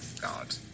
God